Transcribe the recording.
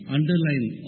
Underline